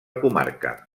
comarca